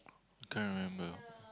can't remember